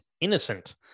Innocent